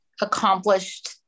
accomplished